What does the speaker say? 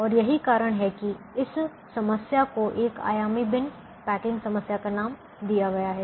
और यही कारण है कि इस समस्या को एक आयामी बिन पैकिंग समस्या का नाम दिया गया है